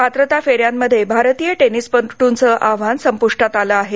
पात्रता फेऱ्यांमध्ये भारतीय टेनिसपट्ंचं आव्हान संप्टात आलं आहे